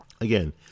Again